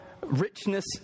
richness